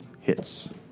Hits